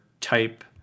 type